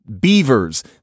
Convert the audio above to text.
beavers